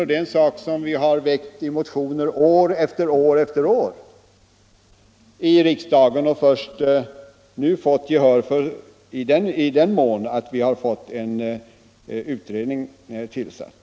Det är en sak som vi väckt motioner om år efter år i riksdagen men först nu vunnit gehör för i så måtto att en utredning tillsatts.